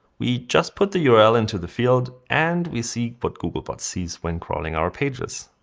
we just put the yeah url into the field, and we see what google bot sees when crawling our pages.